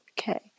Okay